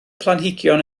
planhigion